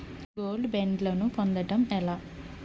Gold బ్యాండ్లను పొందటం ఎలా?